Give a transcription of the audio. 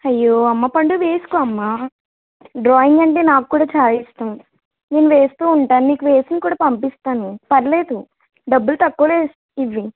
అయ్యో అమ్మ పండు వేసుకో అమ్మ డ్రాయింగ్ అంటే నాకు కూడా చాలా ఇష్టం నేను వేస్తు ఉంటాను నీకు వేసింది కూడా పంపిస్తాను పర్వాలేదు డబ్బులు తక్కువలో ఇస్ ఇయ్యి